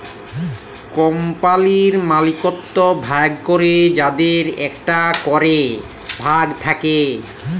কম্পালির মালিকত্ব ভাগ ক্যরে যাদের একটা ক্যরে ভাগ থাক্যে